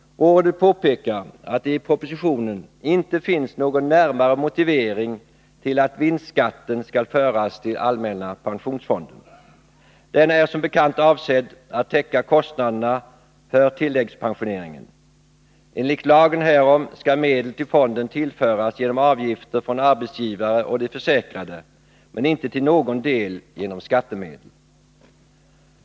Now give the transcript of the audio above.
Rådet påpekar att det i propositionen inte finns någon närmare motivering till att vinstskatten skall föras till allmänna pensionsfonden. Denna är som bekant avsedd att täcka kostnaderna för tilläggspensioneringen. Enligt lagen härom skall medel till fonden tillföras genom avgifter från arbetsgivare och de försäkrade men inte till någon del genom skattemedel.